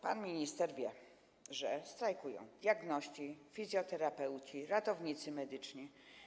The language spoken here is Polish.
Pan minister wie, że strajkują diagności, fizjoterapeuci, ratownicy medyczni.